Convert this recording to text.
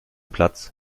platz